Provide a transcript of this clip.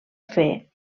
fer